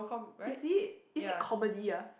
is it is it comedy ah